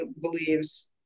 believes